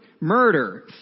murder